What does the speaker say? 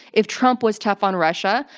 if trump was tough on russia,